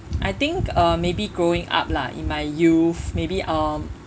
I think uh maybe growing up lah in my youth maybe um